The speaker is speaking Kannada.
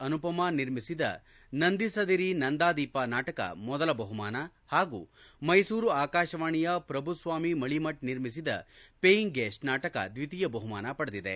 ಅನುಪಮಾ ನಿರ್ಮಿಸಿದ ನಂದಿಸದಿರಿ ನಂದಾದೀಪ ನಾಟಕ ಮೊದಲ ಬಹುಮಾನ ಹಾಗೂ ಮೈಸೂರು ಆಕಾಶವಾಣಿಯ ಶ್ರಭುಸ್ವಾಮಿ ಮಳೀಮಠ್ ನಿರ್ಮಿಸಿದ ಪೇಯಿಂಗ್ ಗೆಸ್ಟ್ ನಾಟಕ ದ್ವಿತೀಯ ಬಹುಮಾನ ಪಡೆದಿದೆ